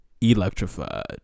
Electrified